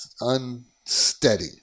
unsteady